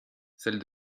celle